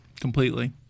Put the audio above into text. completely